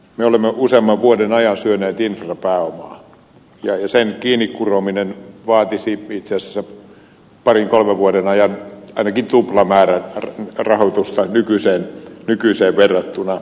me olemme useamman vuoden ajan syöneet infrapääomaa ja sen kiinni kurominen vaatisi itse asiassa parin kolmen vuoden ajan ainakin tuplamäärän rahoitusta nykyiseen verrattuna